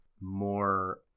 more